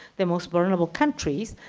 the most vulnerable countries,